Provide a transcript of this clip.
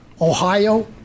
Ohio